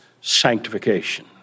sanctification